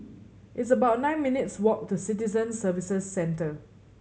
it's about nine minutes' walk to Citizen Services Centre